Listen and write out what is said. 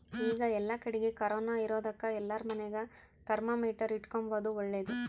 ಈಗ ಏಲ್ಲಕಡಿಗೆ ಕೊರೊನ ಇರೊದಕ ಎಲ್ಲಾರ ಮನೆಗ ಥರ್ಮಾಮೀಟರ್ ಇಟ್ಟುಕೊಂಬದು ಓಳ್ಳದು